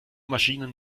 maschinen